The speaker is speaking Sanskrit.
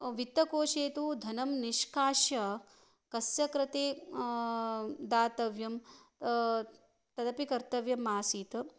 वित्तकोशे तु धनं निष्कास्य कस्य कृते दातव्यं तदपि कर्तव्यम् आसीत्